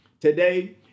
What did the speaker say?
Today